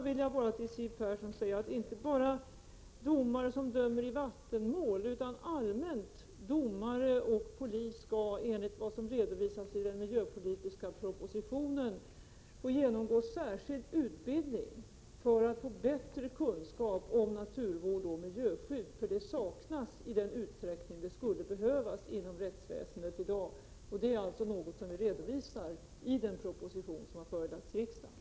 Till Siw Persson vill jag säga att inte bara domare som dömer i vattenmål utan allmändomare och polis skall enligt vad som redovisas i den miljöpolitiska propositionen få genomgå särskild utbildning för att få bättre kunskaper om naturvård och miljöskydd. Sådana kunskaper finns inte i den utsträckning som skulle behövas inom rättsväsendet. Det är saker som redovisas i den proposition som nu har förelagts riksdagen.